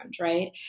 right